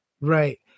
Right